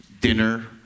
dinner